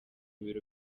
biro